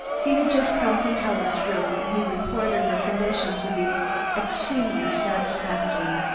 he had just come from helen's room and he reported her condition to be extremely satisfactory.